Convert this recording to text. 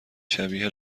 شبیه